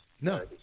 No